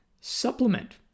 supplement